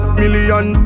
million